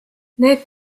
need